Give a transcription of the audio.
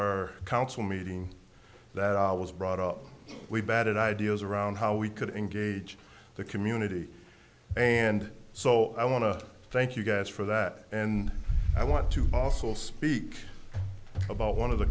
our council meeting that was brought up we batted ideas around how we could engage the community and so i want to thank you guys for that and i want to also speak about one of the